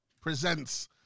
presents